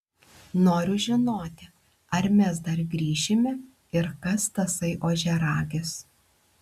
noriu žinoti ar mes dar grįšime ir kas tasai ožiaragis